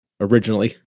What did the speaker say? Originally